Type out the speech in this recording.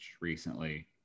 recently